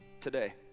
today